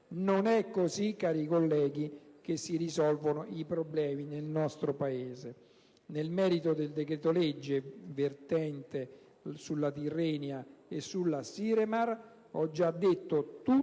Non è così, cari colleghi, che si risolvono i problemi del nostro Paese. Nel merito del decreto-legge vertente sulla Tirrenia e sulla Siremar, ho già detto tutto